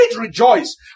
rejoice